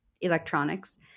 electronics